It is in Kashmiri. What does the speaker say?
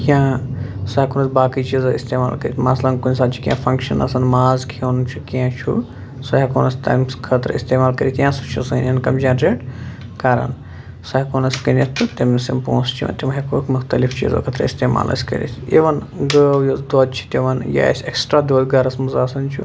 یا سُہ ہٮ۪کہون أسۍ باقٕے چیٖزس استعمال کٔرتھ مثلن کُنہِ ساتہٕ چھُ کینٛہہ فنٛگشن آسان ماز کھٮ۪ون چھُ کینٛہہ چھُ سُہ ہٮ۪کہون أسۍ تمہِ خٲطرٕ استعمال کٔرتھ کیںٛہہ سُہ چھُ سٲنۍ اِن کم جنریٹ کران سُہ ہٮ۪کہون أسۍ کٕنتھ تہِ تٔمس یِم پۄنٛسہٕ چھِ یِوان تِم ہٮ۪کہوکھ مُختلف چیٖزو خٲطرٕ أسۍ استعمال کٔرتھ اِوٕن گٲو یۄس دۄد چھِ دِوان یہِ اسہِ اٮ۪کٕسٹرا دۄد چھ گرس منٛز آسان چھُ